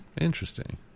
Interesting